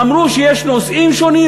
אמרו שיש נושאים שונים.